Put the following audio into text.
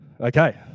Okay